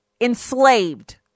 enslaved